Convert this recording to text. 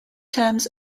terms